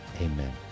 Amen